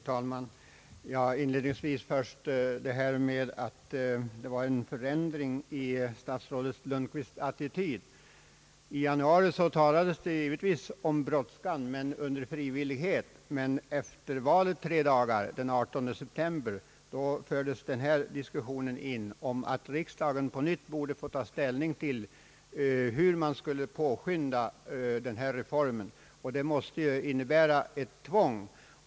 Herr talman! Inledningsvis några ord om förändringen i statsrådet Lundkvists attityd. I januari talades det om brådskan men givetvis under frivillighet, men tre dagar efter valet, den 18 september, fick vi höra att riksdagen på nytt borde få ta ställning till hur man skulle påskynda denna reform. Det måste innebära ett tvång.